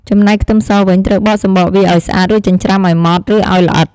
ចំណែកខ្ទឺមសវិញ ត្រូវបកសំបកវាឱ្យស្អាត រួចចិញ្រ្ចាំឱ្យម៉ដ្ត ឬឱ្យល្អិត។